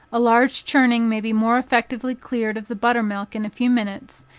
a large churning may be more effectually cleared of the butter-milk in a few minutes,